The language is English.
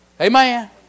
Amen